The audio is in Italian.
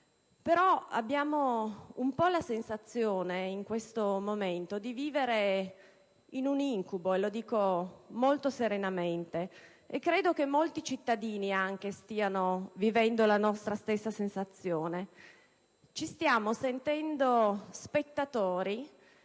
Però abbiamo la sensazione, in questo momento, di vivere in un incubo; lo dico molto serenamente e credo che molti cittadini stiano vivendo la nostra stessa sensazione. Ci sentiamo spettatori